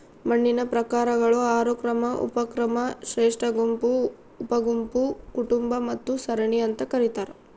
ಮಣ್ಣಿನ ಪ್ರಕಾರಗಳು ಆರು ಕ್ರಮ ಉಪಕ್ರಮ ಶ್ರೇಷ್ಠಗುಂಪು ಉಪಗುಂಪು ಕುಟುಂಬ ಮತ್ತು ಸರಣಿ ಅಂತ ಕರೀತಾರ